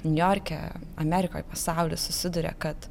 niujorke amerikoj pasauly susiduria kad